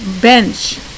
bench